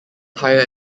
higher